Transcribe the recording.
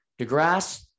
DeGrasse